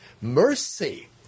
mercy